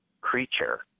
creature